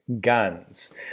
guns